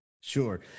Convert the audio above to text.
Sure